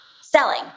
selling